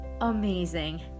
amazing